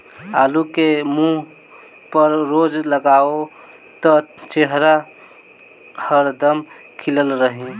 आलू के मुंह पर रोज लगावअ त चेहरा हरदम खिलल रही